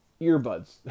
earbuds